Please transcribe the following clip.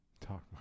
Talk